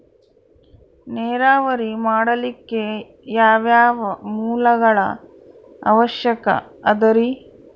ನೇರಾವರಿ ಮಾಡಲಿಕ್ಕೆ ಯಾವ್ಯಾವ ಮೂಲಗಳ ಅವಶ್ಯಕ ಅದರಿ?